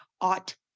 ought